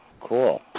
Cool